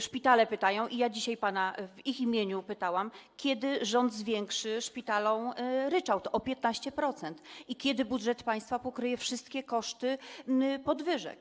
Szpitale pytają, i ja dzisiaj pana w ich imieniu pytałam, kiedy rząd zwiększy szpitalom ryczałt o 15% i kiedy budżet państwa pokryje wszystkie koszty podwyżek.